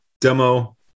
demo